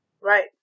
Right